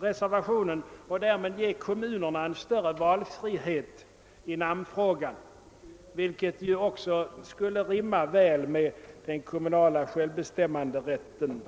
reservationen och därmed ge kommunerna en större valfrihet i namnfrågan, vilket ju också skulle rimma väl med den kommunala självbestämmanderätten.